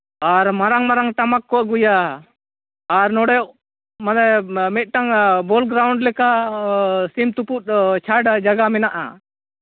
ᱟᱨ ᱢᱟᱨᱟᱝ ᱢᱟᱨᱟᱝ ᱴᱟᱢᱟᱠ ᱠᱚ ᱟᱹᱜᱩᱭᱟ ᱟᱨ ᱱᱚᱰᱮ ᱢᱟᱱᱮ ᱢᱤᱫᱴᱟᱱ ᱵᱚᱞ ᱜᱨᱟᱩᱱᱰ ᱞᱮᱠᱟ ᱥᱤᱢ ᱛᱩᱯᱩᱫ ᱪᱷᱟᱴ ᱡᱟᱭᱜᱟ ᱢᱮᱱᱟᱜᱼᱟ